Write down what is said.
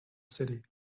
city